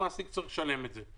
המעסיק צריך לשלם את זה,